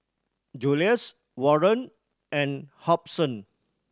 Julius Warren and Hobson